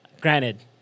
granted